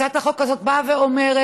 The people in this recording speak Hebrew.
הצעת החוק הזאת באה ואומרת: